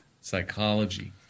psychology